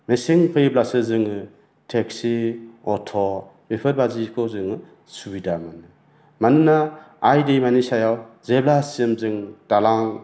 मेसें फैब्लासो जोङो टेक्सि अट' बेफोरबादिखौ जोङो सुबिदा मोनो मानोना आइ दैमानि सायाव जेब्लासिम जों दालां